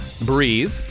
Breathe